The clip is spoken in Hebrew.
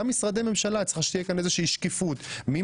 גם למשרדי הממשלה צריכה להיות שקיפות: מי